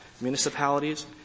municipalities